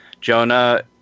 Jonah